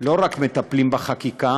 לא רק מטפלים בחקיקה